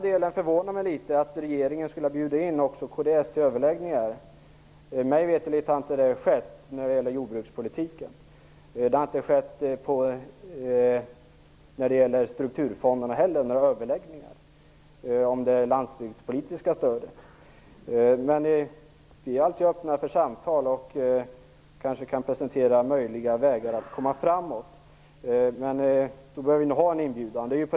Det förvånar mig litet att regeringen skulle ha bjudit in också kds till överläggningar. Mig veterligt har det inte skett när det gäller jordbrukspolitiken. Det har inte heller skett några överläggningar om strukturfonderna och det landsbygdspolitiska stödet. Men vi är alltid öppna för samtal, och man kanske kan presentera möjliga vägar att komma framåt. Men vi vill ha en inbjudan.